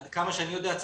עד כמה שאני יודע,